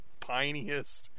piniest